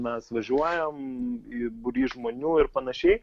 mes važiuojam į būrys žmonių ir panašiai